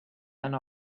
and